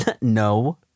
No